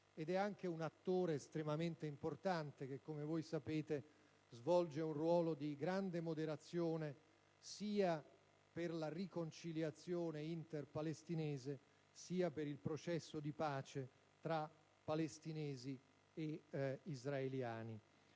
ed è anche un attore estremamente importante che, come voi sapete, svolge un ruolo di grande moderazione sia per la riconciliazione interpalestinese, sia per il processo di pace tra palestinesi e israeliani.